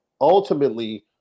Ultimately